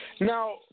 Now